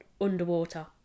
underwater